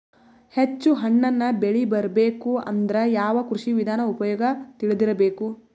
ಹೆಚ್ಚು ಹಣ್ಣನ್ನ ಬೆಳಿ ಬರಬೇಕು ಅಂದ್ರ ಯಾವ ಕೃಷಿ ವಿಧಾನ ಉಪಯೋಗ ತಿಳಿದಿರಬೇಕು?